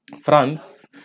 France